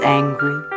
angry